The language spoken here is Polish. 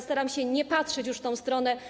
Staram się nie patrzeć już w tę stronę.